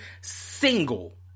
single